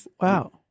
Wow